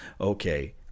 okay